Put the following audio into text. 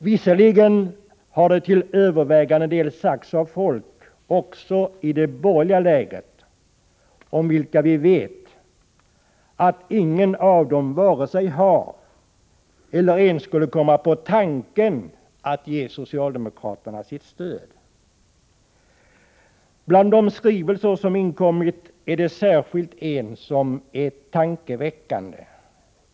Visserligen har det sagts av folk också i det borgerliga lägret, om vilka vi vet att ingen av dem vare sig har eller ens skulle komma på tanken att ge socialdemokraterna sitt stöd. Bland de skrivelser som inkommit är det särskilt en som är tankeväckande.